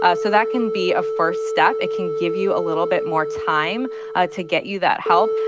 ah so that can be a first step. it can give you a little bit more time ah to get you that help.